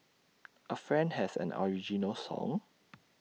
A friend has an original song